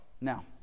Now